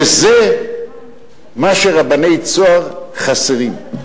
וזה מה שרבני "צהר" חסרים.